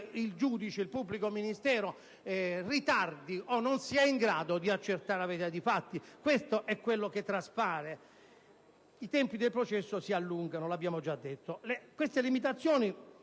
il giudice o il pubblico ministero ritardino o non siano in grado di accertare la verità dei fatti: questo è quello che traspare. I tempi del processo, inoltre, si allungheranno, e lo abbiamo già detto. Queste limitazioni,